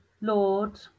Lord